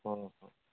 हं हं